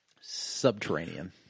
Subterranean